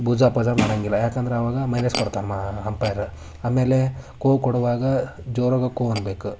ಭುಜ ಪಜ ಮಾಡೊಂಗಿಲ್ಲ ಯಾಕೆಂದ್ರೆ ಆವಾಗ ಮೈನೆಸ್ ಕೊಡ್ತಾನೆ ಮಾ ಅಂಪೇರ್ ಆಮೇಲೆ ಖೋ ಕೊಡುವಾಗ ಜೋರಾಗೆ ಖೋ ಅನ್ನಬೇಕು